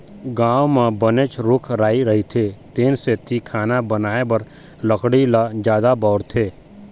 गाँव म बनेच रूख राई रहिथे तेन सेती खाना बनाए बर लकड़ी ल जादा बउरथे